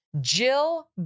Jill